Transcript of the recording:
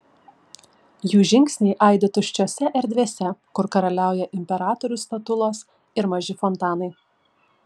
jų žingsniai aidi tuščiose erdvėse kur karaliauja imperatorių statulos ir maži fontanai